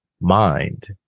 mind